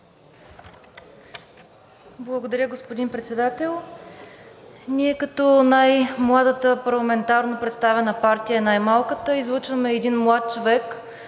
Благодаря, господин Председател. Ние като най-младата парламентарно представена партия и най-малката излъчваме един млад човек,